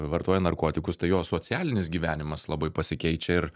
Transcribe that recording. vartoja narkotikus tai jo socialinis gyvenimas labai pasikeičia ir